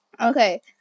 Okay